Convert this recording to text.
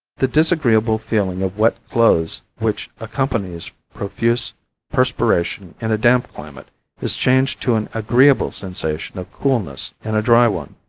the disagreeable feeling of wet clothes which accompanies profuse perspiration in a damp climate is changed to an agreeable sensation of coolness in a dry one.